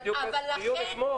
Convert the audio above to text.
זה בדיוק הדיון שהיה אתמול.